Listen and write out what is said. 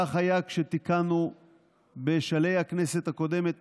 כך היה כשתיקנו בשלהי הכנסת הקודמת,